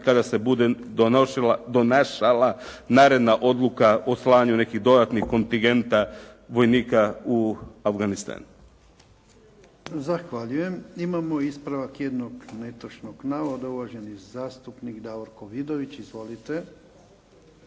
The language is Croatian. kada se bude donašala naredna odluka o slanju nekih dodatnih kontingenta vojnika u Afganistan. **Jarnjak, Ivan (HDZ)** Zahvaljujem. Imamo ispravak jednog netočnog navoda, uvaženi zastupnik Davorko Vidović. Izvolite.